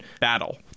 battle